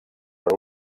per